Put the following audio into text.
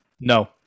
No